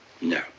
No